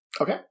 Okay